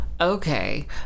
Okay